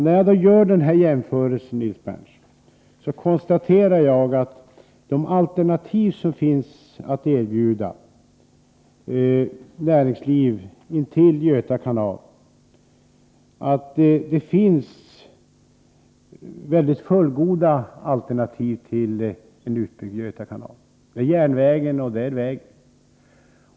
När jag gör denna jämförelse, Nils Berndtson, kan jag konstatera att det finns fullgoda alternativ till en utbyggd Göta kanal att erbjuda det näringsliv som finns intill kanalen, nämligen väg och järnväg.